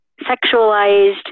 sexualized